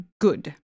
Good